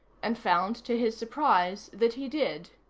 and found, to his surprise, that he did.